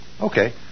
Okay